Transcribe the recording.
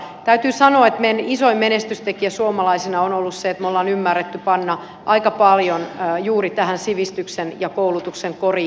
täytyy sanoa että meidän isoin menestystekijämme suomalaisina on ollut se että me olemme ymmärtäneet panna aika paljon juuri tähän sivistyksen ja koulutuksen koriin